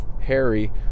Harry